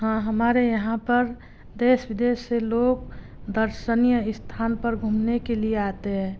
हाँ हमारे यहाँ पर देश विदेश से लोग दर्शनीय स्थान पर घूमने के लिए आते हैं